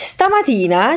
Stamattina